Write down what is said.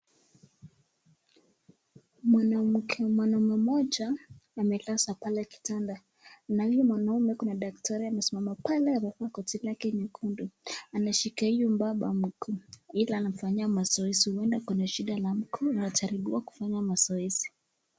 Mwanamke mwanamme mmoja amelazwa pale kitanda na huyo mwanaume kuna daktari amesimama pale amevaa koti lake nyekundu, anashika huyo mbaba mguu, ila anamfanyia mazoezi huenda ako na shida la mguu anajaribiwa kufanya mazoezi.